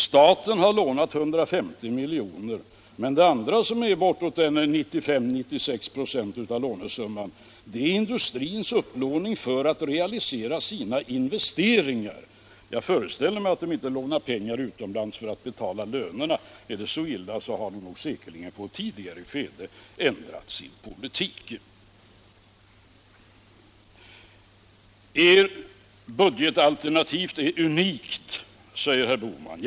Staten har också lånat — 150 milj.kr. — men den övriga upplåningen, som är bortåt 90-95 26 av hela lånesumman, är industrins upplåning för att rea Nr 62 lisera sina investeringar. Jag föreställer mig att industrin inte lånar upp Onsdagen den pengar utomlands för att betala sina löner. Hade det varit så illa ställt Allmänpolitisk Ert budgetalternativ är unikt, säger herr Bohman.